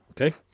Okay